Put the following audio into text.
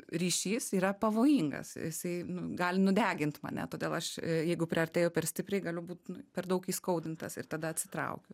ryšis yra pavojingas jisai gali nudegint mane todėl aš jeigu priartėju per stipriai galiu būt per daug įskaudintas ir tada atsitraukiu